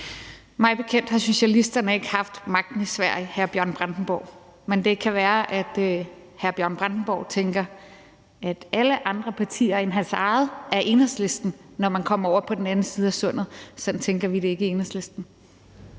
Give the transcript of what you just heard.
Mig bekendt har socialisterne ikke haft magten i Sverige, hr. Bjørn Brandenborg. Men det kan være, hr. Bjørn Brandenborg tænker, at alle andre partier end hans eget er Enhedslisten, når man kommer over på den anden side af sundet. Sådan tænker vi det ikke i Enhedslisten.